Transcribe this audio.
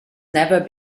never